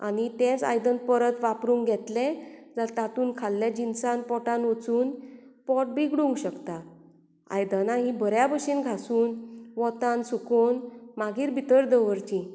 आनी तेंच आयदन परत वापरूंक घेतलें जाल्यार तातून खाल्लें जिनसन पोटान वचून पोट बिगडूंक शकता आयदनां हीं बऱ्या भशेन घांसून वतान सुकोवन मागीर भितर दवरचीं